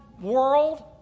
world